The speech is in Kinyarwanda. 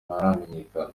ntaramenyekana